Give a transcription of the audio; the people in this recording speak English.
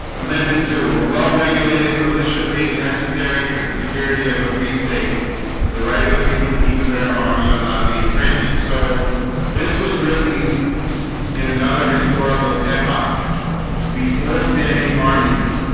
amendment to a well-regulated militia being necessary to the security of a free state the right of the people to keep and bear arms shall not be infringed. so this was written in another historical epic before standing armies